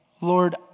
Lord